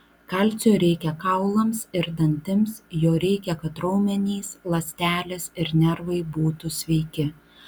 kalcio reikia kaulams ir dantims jo reikia kad raumenys ląstelės ir nervai būtų sveiki